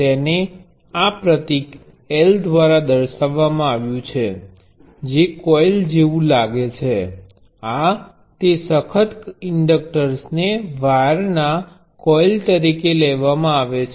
તેને આ પ્રતીક L દ્વારા દર્શાવવામાં આવ્યું છે જે કોઇલ જેવું લાગે છે આ તે રીગરસ ઇન્ડક્ટર્સ ને વાયરના કોઇલ તરીકે લેવામા આવે છે